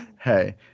hey